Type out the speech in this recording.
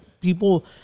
people